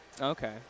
Okay